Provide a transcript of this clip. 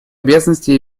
обязанности